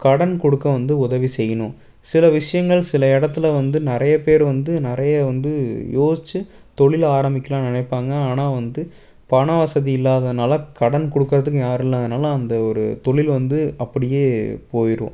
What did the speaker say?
கடன் கொடுக்க வந்து உதவி செய்யணும் சில விஷயங்கள் சில இடத்துல வந்து நிறைய பேர் வந்து நிறைய வந்து யோசித்து தொழிலை ஆரம்பிக்கலானு நினைப்பாங்க ஆனால் வந்து பணவசதி இல்லாததனால் கடன் கொடுக்கிறதுக்கு யாரும் இல்லாததுனால் அந்த ஒரு தொழில் வந்து அப்படியே போயிடும்